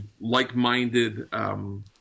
like-minded